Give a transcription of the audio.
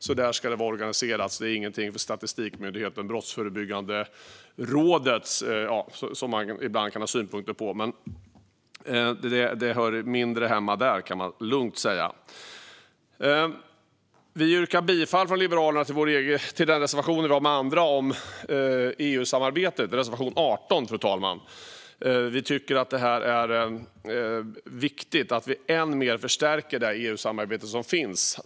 Det ska alltså vara organiseras där. Det är ingenting för en statistikmyndighet eller Brottsförebyggande rådet, som man ibland kan ha synpunkter på. Man kan lugnt säga att det hör mindre hemma där. Fru talman! Liberalerna yrkar bifall till reservation 18, som vi har tillsammans med andra, om EU-samarbetet. Det är viktigt att det EU-samarbete som finns förstärks än mer.